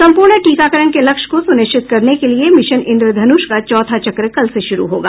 संपूर्ण टीकाकरण के लक्ष्य को सुनिश्चित करने के लिये मिशन इंद्रधनूष का चौथा चक्र कल से शुरू होगा